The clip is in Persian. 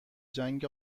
جنگ